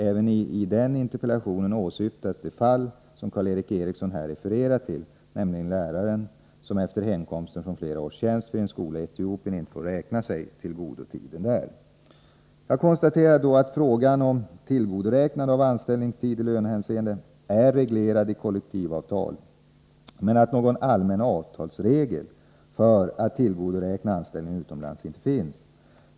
Även i den interpellationen åsyftades det fall som Karl Erik Eriksson här refererat till, nämligen läraren som efter hemkomsten från flera års tjänst vid en skola i Etiopien inte får räkna sig till godo tiden där. Jag konstaterade då att frågan om tillgodoräknande av anställningstid i lönehänseende är reglerad i kollektivavtal men att någon allmän avtalsregel för att tillgodoräkna anställning utomlands inte finns.